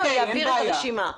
אעביר את הרשימה אליך.